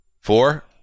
four